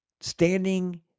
standing